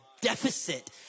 deficit